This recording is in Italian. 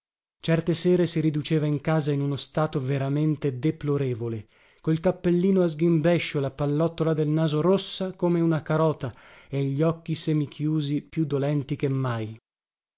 certe sere si riduceva in casa in uno stato veramente deplorevole col cappellino a sghimbescio la pallottola del naso rossa come una carota e gli occhi semichiusi più dolenti che mai